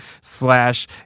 slash